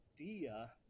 idea